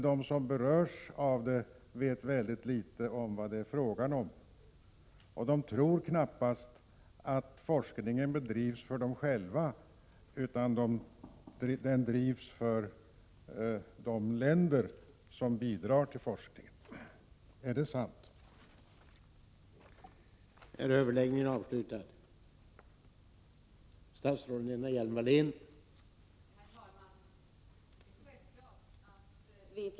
De som berörs vet mycket litet vad det är fråga om, och de tror knappast att forskningen bedrivs för deras skull utan att den bedrivs för de länder som bidrar till forskningen.